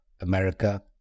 America